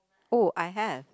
oh I have